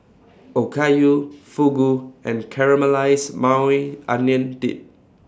Okayu Fugu and Caramelized Maui Onion Dip